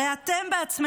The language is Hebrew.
הרי אתם בעצמכם,